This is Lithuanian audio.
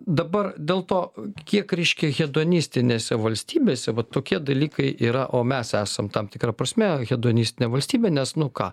dabar dėl to kiek reiškia hedonistinėse valstybėse va tokie dalykai yra o mes esam tam tikra prasme hedonistinė valstybė nes nu ką